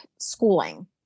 schooling